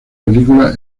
película